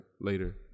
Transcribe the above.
later